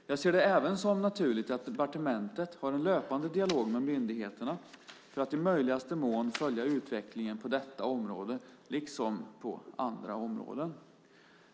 Jag ser det även som naturligt att departementet har en löpande dialog med myndigheterna för att i möjligaste mån följa utvecklingen på detta område liksom på andra områden.